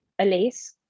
Elise